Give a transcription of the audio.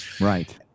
Right